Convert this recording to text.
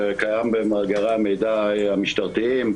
זה קיים במאגרי המידע המשטרתיים.